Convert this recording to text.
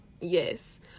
Yes